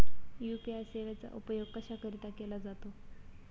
UPI सेवेचा उपयोग कशाकरीता केला जातो?